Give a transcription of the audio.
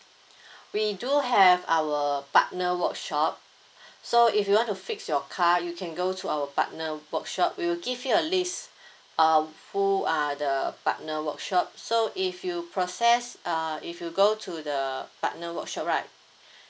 we do have our partnered workshop so if you want to fix your car you can go to our partnered workshop we'll give you a list uh who are the uh partnered workshop so if you process uh if you go to the partnered workshop right